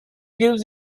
gives